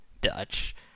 Dutch